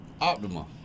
Optima